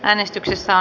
äänestyksessä